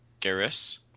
Garrus